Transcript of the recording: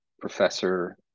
professor